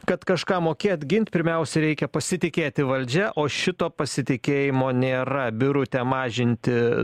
kad kažką mokėt gint pirmiausia reikia pasitikėti valdžia o šito pasitikėjimo nėra birutė mažinti